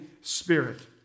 Spirit